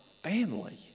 family